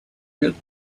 wheeled